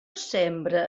sembra